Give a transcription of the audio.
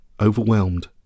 overwhelmed